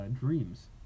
dreams